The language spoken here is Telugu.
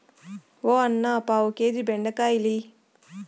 ఓ అన్నా, పావు కేజీ బెండకాయలియ్యి